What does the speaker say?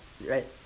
Right